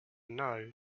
know